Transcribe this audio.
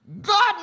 God